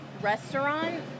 restaurant